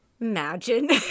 imagine